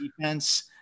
defense